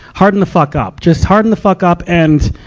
harden the fuck up. just harden the fuck up and,